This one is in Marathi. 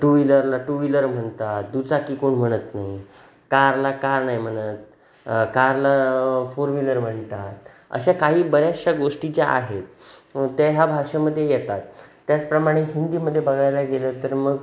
टू व्हीलरला टू व्हिलर म्हणतात दुचाकी कोण म्हणत नाही कारला कार नाही म्हणत कारला फोर व्हिलर म्हणतात अशा काही बऱ्याचशा गोष्टी ज्या आहेत त्या ह्या भाषेमध्ये येतात त्याचप्रमाणे हिंदीमध्ये बघायला गेलं तर मग